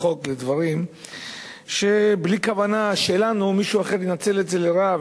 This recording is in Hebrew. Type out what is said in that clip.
חוק לדברים שבלי כוונה שלנו מישהו אחר ינצל את זה לרעה.